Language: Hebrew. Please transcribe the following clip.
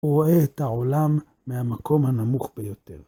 הוא רואה את העולם מהמקום הנמוך ביותר.